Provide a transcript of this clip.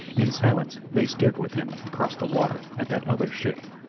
in silence they stared with him across the water at that other ship.